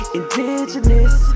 indigenous